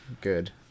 good